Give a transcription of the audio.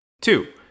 Two